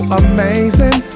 amazing